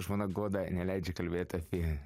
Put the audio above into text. žmona guoda neleidžia kalbėt apie